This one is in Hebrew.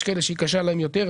יש כאלה שהיא קשה להם יותר,